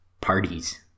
parties